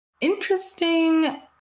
interesting